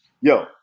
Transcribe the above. Yo